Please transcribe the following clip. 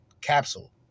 Capsule